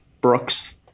Brooks